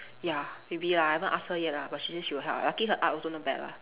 ya maybe lah I haven't ask her yet lah but she say she will help lah lucky her art also not bad lah